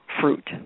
fruit